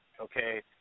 okay